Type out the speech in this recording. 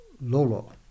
Lolo